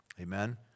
Amen